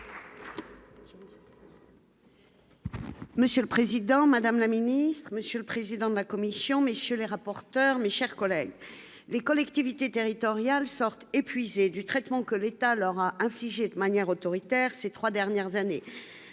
Monsieur le Président, Madame la Ministre, Monsieur le président de la commission, messieurs les rapporteurs, mes chers collègues, les collectivités territoriales sortent épuisés du traitement que l'État leur a infligé de manière autoritaire, ces 3 dernières années,